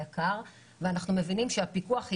נאמר קודם לכן שהמטרה היא להוציא את היק"ר מהסיפור הזה.